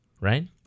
Right